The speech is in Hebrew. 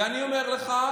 ואני אומר לך,